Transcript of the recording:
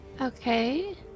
Okay